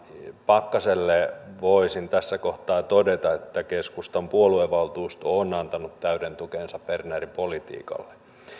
pakkaselle voisin tässä kohtaa todeta että keskustan puoluevaltuusto on antanut täyden tukensa bernerin politiikalle